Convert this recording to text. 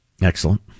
Excellent